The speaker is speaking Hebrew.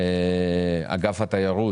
ענף התיירות,